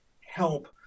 help